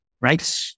right